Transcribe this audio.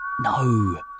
No